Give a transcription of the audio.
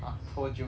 ah told you